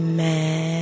man